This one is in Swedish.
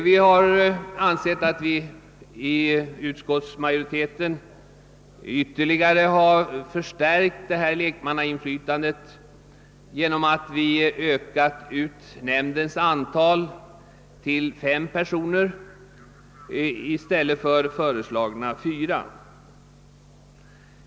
Vi har också i utskottet ansett, att vi förstärkt lekmannainflytandet ytterligare genom att förorda ett ökat antal nämndledamöter, nämligen från föreslagna fyra till fem personer.